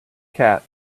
cat